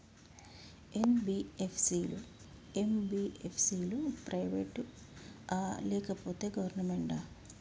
NBFC లు, MBFC లు private ఆ లేకపోతే గవర్నమెంటా?